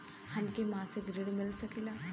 हमके मासिक ऋण मिल सकेला?